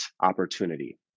opportunity